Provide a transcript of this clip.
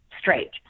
straight